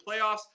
playoffs